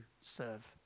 serve